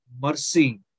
Mercy